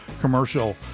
commercial